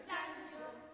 Daniel